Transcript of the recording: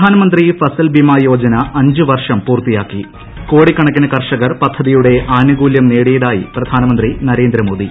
പ്രധാനമന്ത്രി ഫസൽ ബിമ യോജന അഞ്ചുവർഷം പൂർത്തിയാക്കി കോടിക്കണക്കിനു കർഷകർ പദ്ധതിയുടെ ആനുകൂലൃം നേടിയതായി പ്രധാനമന്ത്രി നരേന്ദ്രമോദി